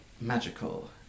magical